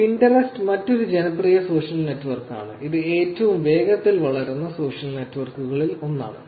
Pinterest മറ്റൊരു ജനപ്രിയ social നെറ്റ്വർക്കാണ് ഇത് ഏറ്റവും വേഗത്തിൽ വളരുന്ന സോഷ്യൽ നെറ്റ്വർക്കുകളിൽ ഒന്നാണ്